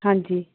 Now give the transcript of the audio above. ਹਾਂਜੀ